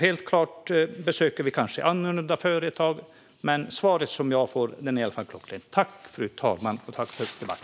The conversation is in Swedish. Helt klart besöker vi olika sorters företag. Men det svar jag får är i alla fall klockrent.